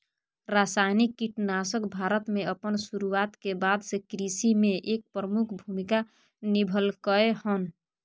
रासायनिक कीटनाशक भारत में अपन शुरुआत के बाद से कृषि में एक प्रमुख भूमिका निभलकय हन